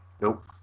Nope